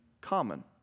common